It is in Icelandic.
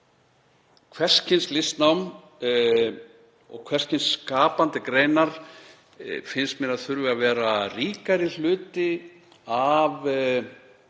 hvers kyns listnám og hvers kyns skapandi greinar, finnst mér að þurfi að vera ríkari hluti af námi